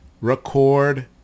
record